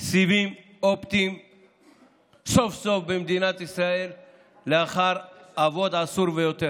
סיבים אופטיים סוף-סוף במדינת ישראל לאחר עשור אבוד,